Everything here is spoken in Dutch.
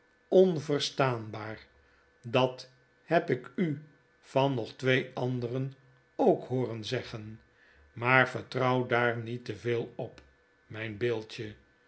onverstaanbaar dat heb ik u van nog twee anderen ook hooren zeggen maar vertrouw daar niet te veel op myn beeldje